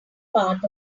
part